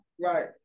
Right